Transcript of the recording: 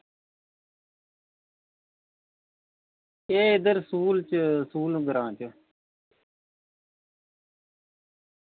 एह् इद्धर सूल ग्रां च